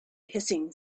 hissing